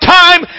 time